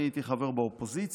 אני הייתי חבר באופוזיציה,